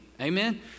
amen